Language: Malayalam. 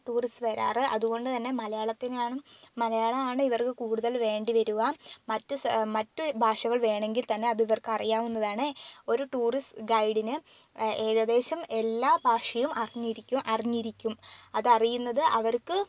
ടൂറിസ്റ്റ് വരാറ് അതുകൊണ്ടുതന്നെ മലയാളത്തിൽ നിനാണ് മലയാളം ആണ് ഇവർക്ക് കൂടുതൽ വേണ്ടി വരുക മറ്റ് മറ്റു ഭാഷകൾ വേണമെങ്കിൽ തന്നെ അത് ഇവർക്ക് അറിയാവുന്നതാണ് ഒരു ടൂറിസ്റ്റ് ഗൈഡിന് ഏകദേശം എല്ലാ ഭാഷയും അറിഞ്ഞിരിക്കും അറിഞ്ഞിരിക്കും അത് അറിയുന്നത് അവർക്ക്